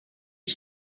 ich